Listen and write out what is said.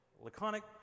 Laconic